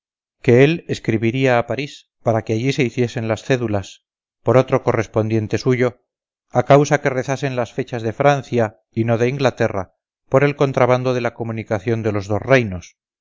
que él escribiría a parís para que allí se hiciesen las cédulas por otro correspondiente suyo a causa que rezasen las fechas de francia y no de inglaterra por el contrabando de la comunicación de los dos reinos